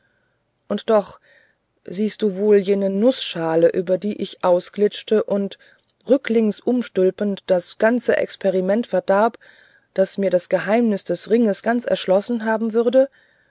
und doch siehst du wohl jene nußschale über die ich ausglitschte und rücklings umstülpend das ganze experiment verdarb das mir das geheimnis des ringes ganz erschlossen haben würde